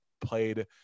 played